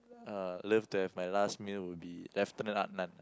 uh love to have my last meal would be Lieutenant Adnan